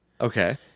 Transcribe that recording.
Okay